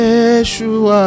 Yeshua